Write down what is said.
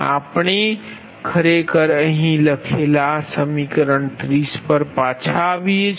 આપણે ખરેખર અહીં લખેલા આ સમીકરણ 30 પર પાછા જઇએ છીએ